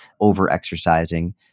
over-exercising